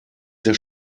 der